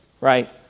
right